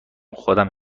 خودم